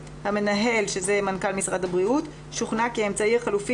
המנהל שזה מנכ"ל משרד הבריאות - שוכנע כי האמצעי החלופי